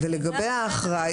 לגבי האחראי,